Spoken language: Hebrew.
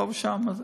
לא בטוח,